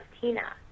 Tina